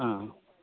आं